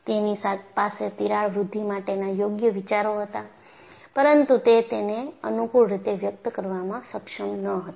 તેની પાસે તિરાડ વૃદ્ધિ માટેના યોગ્ય વિચારો હતા પરંતુ તે તેને અનુકૂળ રીતે વ્યક્ત કરવામાં સક્ષમ ન હતા